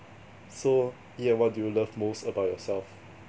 so Ian what do you love most about yourself